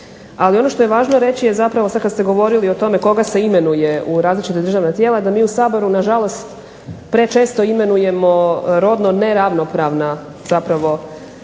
ali ono što je važno reći je zapravo sad kad ste govorili o tome koga se imenuje u različita državna tijela da mi u Saboru nažalost prečesto imenujemo rodno neravnopravna tijela